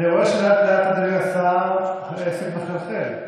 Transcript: אני רואה שלאט-לאט, אדוני השר, העסק מחלחל,